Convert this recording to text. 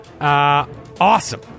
Awesome